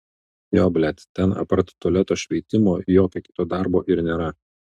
jo blet ten apart tualeto šveitimo jokio kito darbo ir nėra